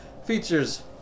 features